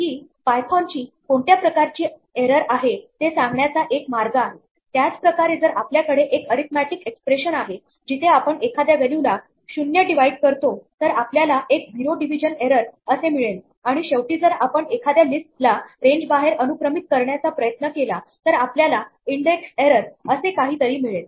ही Python ची कोणत्या प्रकारची एरर आहे ते सांगण्याचा एक मार्ग आहे त्याच प्रकारे जर आपल्याकडे एक अरीथमॅटिक एक्स्प्रेशन आहे जिथे आपण एखाद्या व्हॅल्यूला 0 डिवाइड करतो तर आपल्याला एक झिरो डिव्हिजन एरर असे मिळेल आणि शेवटी जर आपण एखाद्या लिस्टला रेंज बाहेर अनुक्रमित करण्याचा प्रयत्न केला तर आपल्याला इंडेक्स एरर असे काहीतरी मिळेल